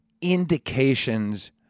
indications